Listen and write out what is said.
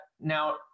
now